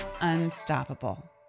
unstoppable